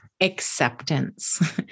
acceptance